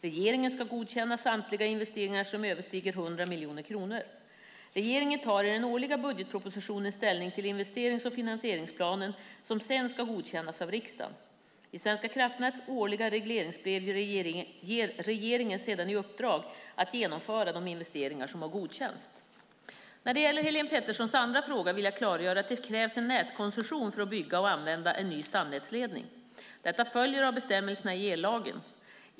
Regeringen ska godkänna samtliga investeringar som överstiger 100 miljoner kronor. Regeringen tar i den årliga budgetpropositionen ställning till investerings och finansieringsplanen som sedan ska godkännas av riksdagen. I Svenska kraftnäts årliga regleringsbrev ger regeringen sedan i uppdrag att genomföra de investeringar som har godkänts. När det gäller Helene Peterssons andra fråga vill jag klargöra att det krävs en nätkoncession för att bygga och använda en ny stamnätsledning. Detta följer av bestämmelserna i ellagen.